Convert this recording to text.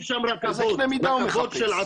איזה קנה מידה הוא מחפש?